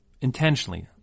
intentionally